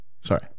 Sorry